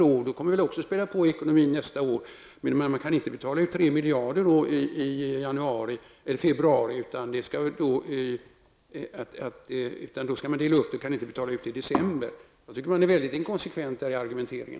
Då kommer vi också att spä på ekonomin nästa år, men man kan inte betala ut knappt 3 miljarder i februari. Återbetalningen skall delas upp. Varför skall de inte kunna betalas ut i december? Jag tycker att man är väldigt inkonsekvent i argumenteringen.